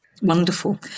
Wonderful